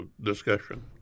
discussion